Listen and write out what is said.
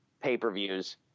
pay-per-views